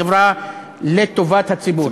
חברה לטובת הציבור,